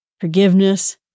forgiveness